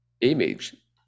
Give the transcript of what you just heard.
image